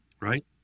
Right